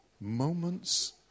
moments